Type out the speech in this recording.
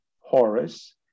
Horus